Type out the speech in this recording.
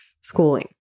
schooling